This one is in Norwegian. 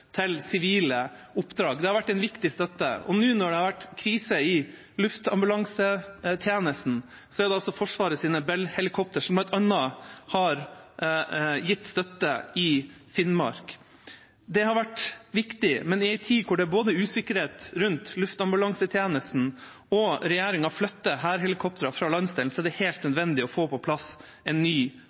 til sivile oppdrag. Det har vært en viktig støtte. Og nå, når det har vært krise i luftambulansetjenesten, er det altså Forsvarets Bell-helikoptre som bl.a. har gitt støtte i Finnmark. Det har vært viktig, men i en tid hvor det er usikkerhet rundt luftambulansetjenesten og regjeringen flytter hærhelikoptrene fra landsdelen, er det helt nødvendig å få på plass en ny